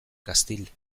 castile